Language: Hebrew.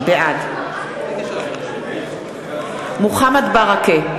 בעד מוחמד ברכה,